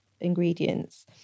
Ingredients